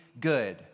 good